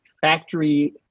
factory